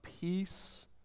peace